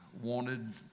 wanted